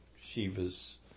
Shiva's